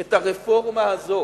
את הרפורמה הזו,